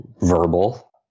verbal